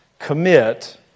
Commit